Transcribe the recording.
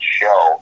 show